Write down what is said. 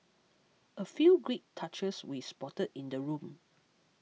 a few great touches we spotted in the room